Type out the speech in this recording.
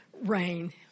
rain